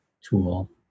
tool